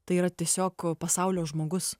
tai yra tiesiog pasaulio žmogus